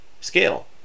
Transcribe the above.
scale